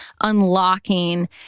unlocking